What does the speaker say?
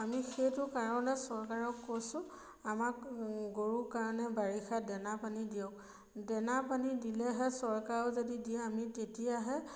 আমি সেইটো কাৰণে চৰকাৰক কৈছোঁ আমাক গৰুৰ কাৰণে বাৰিষা দানা পানী দিয়ক দানা পানী দিলেহে চৰকাৰেও যদি দিয়ে আমি তেতিয়াহে